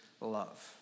love